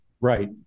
Right